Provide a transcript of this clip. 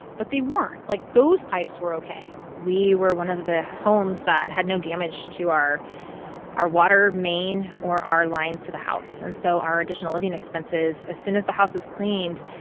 but they weren't. like, those pipes were ok we were one of the homes that had no damage to our our water main or our lines to the house. and so our additional living expenses as soon as the house was cleaned,